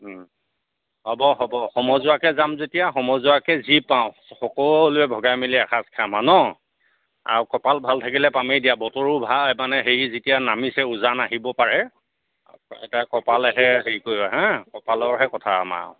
হ'ব হ'ব সমজুৱাকৈ যাম যেতিয়া সমজুৱাকৈ যি পাওঁ সকলোৱে ভগাই মেলি এসাঁজ খাম আৰু ন আৰু কপাল ভাল থাকিলে পামেই দিয়া বতৰো ভাল মানে হেই যেতিয়া নামিছে উজান আহিবও পাৰে এতিয়া কপালেহে হেই কৰিব হেঁ কপালৰহে কথা আৰু আমাৰ আৰু